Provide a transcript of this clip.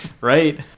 right